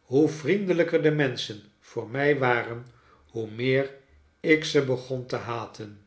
hoe vriendelijker de menschen voor mij waren hoe meer ik ze begon te haten